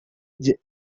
age